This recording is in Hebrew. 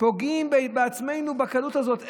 פוגעים בעצמנו בקלות הזאת.